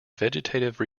vegetative